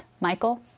Michael